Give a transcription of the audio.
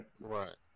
right